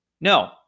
No